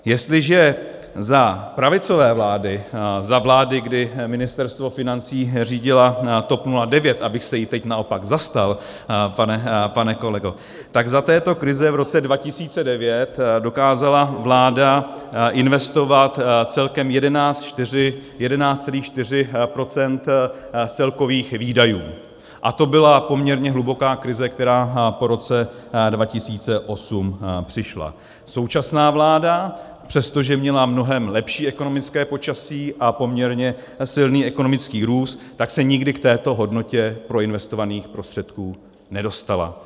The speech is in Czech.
Jestliže za pravicové vlády, za vlády, kdy Ministerstvo financí řídila TOP 09, abych se jí teď naopak zastal, pane kolego, tak za této krize v roce 2009 dokázala vláda investovat celkem 11,4 % z celkových výdajů, a to byla poměrně hluboká krize, která po roce 2008 přišla, současná vláda, přestože měla mnohem lepší ekonomické počasí a poměrně silný ekonomický růst, se nikdy k této hodnotě proinvestovaných prostředků nedostala.